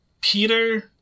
Peter